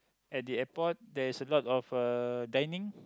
at the airport there is a lot of uh dining